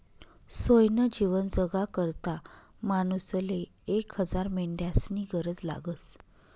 सोयनं जीवन जगाकरता मानूसले एक हजार मेंढ्यास्नी गरज लागस